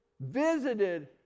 visited